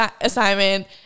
assignment